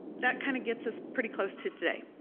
that kinda gets us pretty close to today.